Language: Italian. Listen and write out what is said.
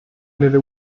nelle